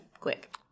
quick